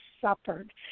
suffered